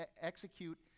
execute